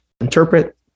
interpret